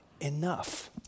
enough